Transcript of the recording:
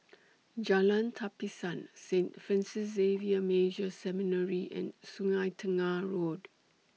Jalan Tapisan Saint Francis Xavier Major Seminary and Sungei Tengah Road